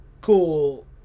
cool